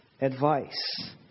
advice